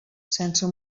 sense